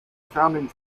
founding